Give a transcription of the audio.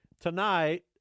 Tonight